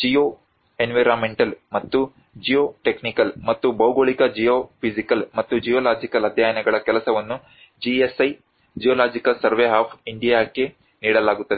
geoenvironmental ಮತ್ತು geotechnical ಮತ್ತು ಭೌಗೋಳಿಕ ಮತ್ತು ಜಿಯೋಲಾಜಿಕಲ್ ಅಧ್ಯಯನಗಳ ಕೆಲಸವನ್ನು GSI ಜಿಯೋಲಾಜಿಕಲ್ ಸರ್ವೆ ಆಫ್ ಇಂಡಿಯಾಕ್ಕೆ ನೀಡಲಾಗುತ್ತದೆ